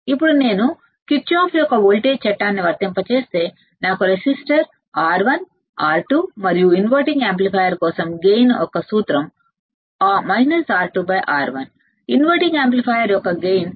ఇప్పుడు నేను కిర్చోఫ్ యొక్క వోల్టేజ్ చట్టాన్ని వర్తింపజేస్తే నాకు i1రెసిస్టర్ R1 R2 మరియు ఇన్వర్టింగ్ యాంప్లిఫైయర్ కోసం గైన్ యొక్క సూత్రం R2 R1ఇన్వర్టింగ్ యాంప్లిఫైయర్ యొక్క గైన్ మైనస్ R2 R1